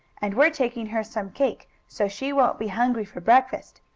and we're taking her some cake so she won't be hungry for breakfast,